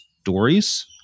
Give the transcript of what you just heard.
stories